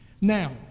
Now